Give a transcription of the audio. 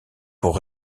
pour